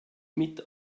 mit